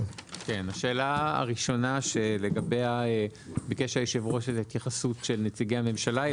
השאלה הראשונה שלגביה ביקש היושב ראש את ההתייחסות של נציגי הממשלה היא